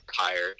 tired